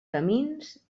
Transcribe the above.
camins